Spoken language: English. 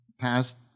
past